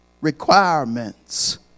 requirements